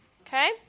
Okay